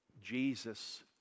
Jesus